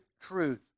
truth